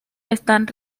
están